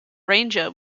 ranger